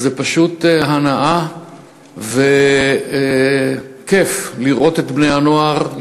ופשוט הנאה וכיף לראות את בני-הנוער,